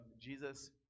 Jesus